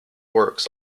works